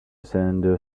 cylinder